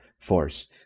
force